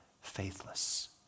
faithless